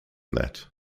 that